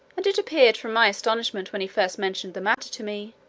and it appeared from my astonishment when he first mentioned the matter to me,